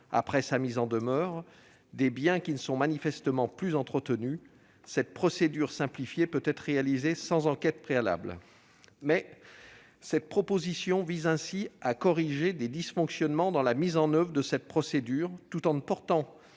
après sa mise en demeure, des biens qui ne sont manifestement plus entretenus. Cette procédure simplifiée peut être réalisée sans enquête publique. Cette proposition de loi vise à corriger des dysfonctionnements dans la mise en oeuvre de cette procédure, tout en ne portant